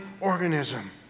organism